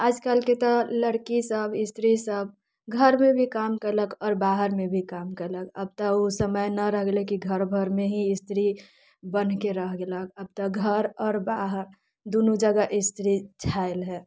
आजकलके तऽ लड़की सभ स्त्री सभ घरमे भी काम कयलक आओर बाहरमे भी काम कयलक अब तऽ ओ समय नहि रहि गेलै कि घर भरमे ही स्त्री बन्हके रह गेलक आब तऽ घर आओर बाहर दुनू जगह स्त्री छायल हय